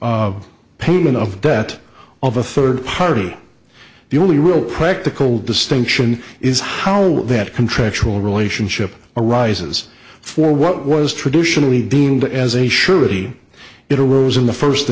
the payment of debt of a third party the only real practical distinction is how that contractual relationship arises for what was traditionally deemed as a surety it arose in the first